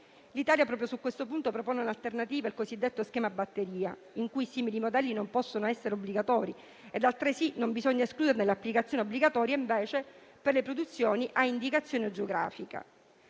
L'Italia su questo punto propone un'alternativa, ovvero il cosiddetto schema a batteria, per cui simili modelli non possono essere obbligatori e altresì non bisogna escludere l'applicazione obbligatoria per le produzioni a indicazione geografica,